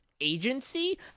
agency